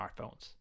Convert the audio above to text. smartphones